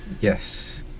Yes